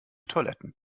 toiletten